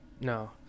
no